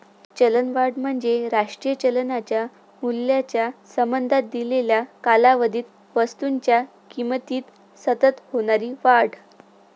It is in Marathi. चलनवाढ म्हणजे राष्ट्रीय चलनाच्या मूल्याच्या संबंधात दिलेल्या कालावधीत वस्तूंच्या किमतीत सतत होणारी वाढ